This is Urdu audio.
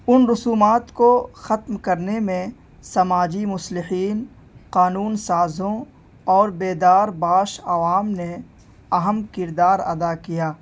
ان رسومات کو ختم کرنے میں سماجی مصلحین قانون سازوں اور بیدار باش عوام نے اہم کردار ادا کیا